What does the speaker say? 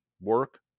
work